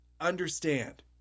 understand